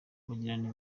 bagiranye